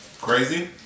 crazy